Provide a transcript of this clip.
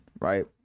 right